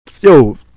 Yo